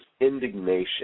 indignation